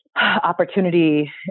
opportunity